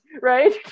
Right